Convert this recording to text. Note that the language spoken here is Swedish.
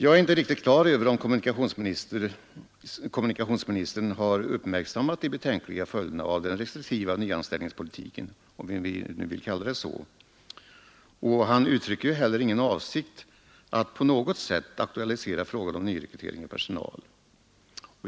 Jag är inte riktigt på det klara med om kommunikationsministern har uppmärksammat de betänkliga följderna av den restriktiva nyanställningspolitiken — om vi nu vill kalla det så — och han uttrycker heller ingen avsikt att på något sätt aktualisera frågan om nyrekrytering av personal.